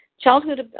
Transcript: Childhood